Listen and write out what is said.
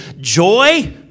joy